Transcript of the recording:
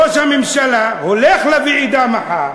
ראש הממשלה הולך לוועידה מחר,